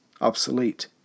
obsolete